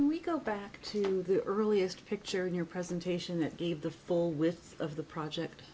but we go back to the earliest picture in your presentation that gave the full with of the project